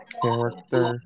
character